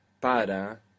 para